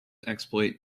exploit